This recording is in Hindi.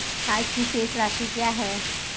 आज की शेष राशि क्या है?